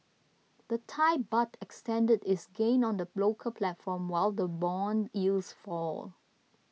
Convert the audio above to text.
the Thai Baht extended its gains on the local platform while the bond yields fall